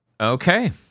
Okay